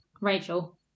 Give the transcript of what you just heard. Rachel